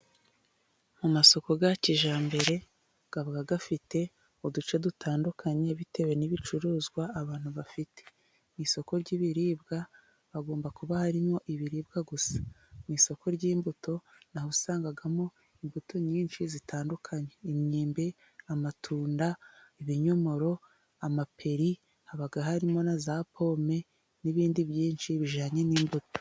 Amasoko ya kijyambere aba afite uduce dutandukanye, bitewe n'ibicuruzwa abantu bafite, isoko ry'ibiribwa hagomba kuba harimo ibiribwa gusa ,mu isoko ry'imbuto na ho usangamo imbuto nyinshi zitandukanye: imyembe ,amatunda, ibinyomoro ,amaperi haba harimo na za pome ,n'ibindi byinshi bijyanye n'imbuto.